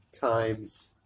times